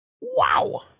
wow